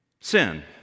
sin